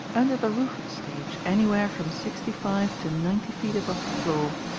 under the roof of the stage, anywhere from sixty-five to ninety feet above the floor,